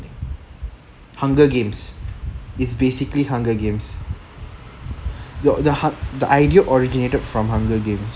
hunger games it's basically hunger games ya the the idea originated from hunger games